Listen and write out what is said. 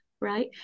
right